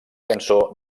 cançó